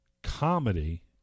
comedy